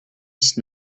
dix